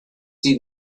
see